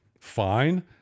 Fine